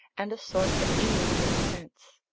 and a sort of immediate sense.